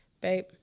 Babe